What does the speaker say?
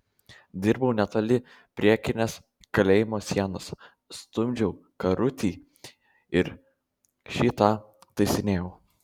dirbau netoli priekinės kalėjimo sienos stumdžiau karutį ir šį tą taisinėjau